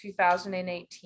2018